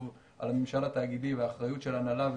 על הממשל התאגידי והאחריות של ההנהלה,